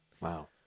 Wow